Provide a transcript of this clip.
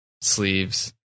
sleeves